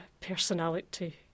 personality